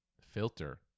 Filter